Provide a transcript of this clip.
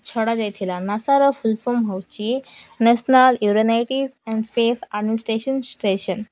ଛଡ଼ାଯାଇଥିଲା ନାସାର ଫୁଲଫର୍ମ ହେଉଛି national aeronautics and space administration station